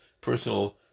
personal